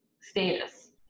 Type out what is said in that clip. status